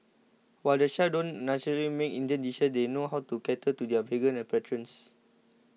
while the chefs don't necessarily make Indian dishes they know how to cater to their vegan patrons